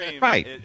Right